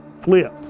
flip